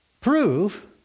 prove